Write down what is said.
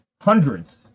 hundreds